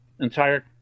entire